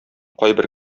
кайбер